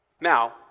Now